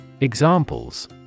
Examples